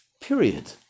period